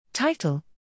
Title